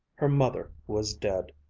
her mother was dead.